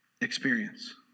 experience